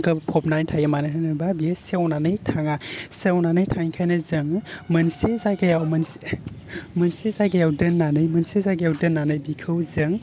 खोब फबनाय थायो मानो होनोबा बियो सेवनानै थाङा सेवनानै थाङैखायनो जों मोनसे जायगायाव मोनसे जायगायाव दोननानै मोनसे जायगायाव दोननानै बिखौ जों